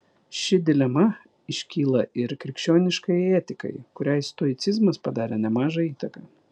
ši dilema iškyla ir krikščioniškajai etikai kuriai stoicizmas padarė nemažą įtaką